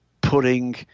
putting